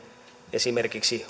esimerkiksi